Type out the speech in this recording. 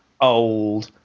old